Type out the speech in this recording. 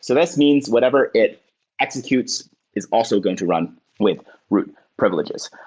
so this means whatever it executes is also going to run with root privileges.